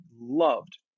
loved